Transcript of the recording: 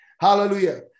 Hallelujah